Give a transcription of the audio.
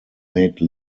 made